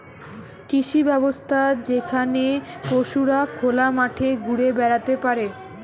কৃষি ব্যবস্থা যেখানে পশুরা খোলা মাঠে ঘুরে বেড়াতে পারে